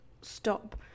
stop